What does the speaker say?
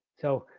so,